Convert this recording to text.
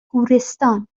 گورستان